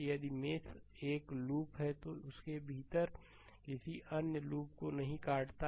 यदि मेष एक लूप है तो यह उसके भीतर किसी अन्य लूप को नहीं काटता है